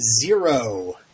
Zero